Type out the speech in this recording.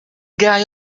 guy